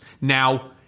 Now